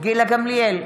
גילה גמליאל,